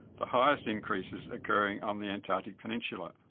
the highest increases occurring on the antarctic peninsula.